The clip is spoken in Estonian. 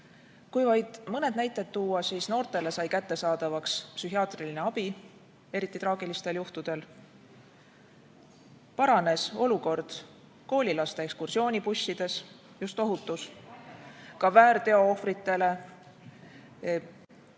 Kui vaid mõned näited tuua, siis noortele sai kättesaadavaks psühhiaatriline abi, eriti traagilistel juhtudel. Paranes ohutuse olukord koolilaste ekskursioonibussides. Ka väärteo ohvritele